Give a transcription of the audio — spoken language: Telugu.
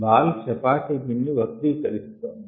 బాల్ చపాతి పిండి వక్రీకరిస్తోంది